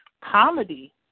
comedy